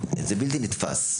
וזה בלתי נתפס.